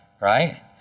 right